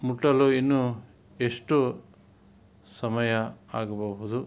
ಮುಟ್ಟಲು ಇನ್ನೂ ಎಷ್ಟು ಸಮಯ ಆಗಬಹುದು